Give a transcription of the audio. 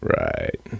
Right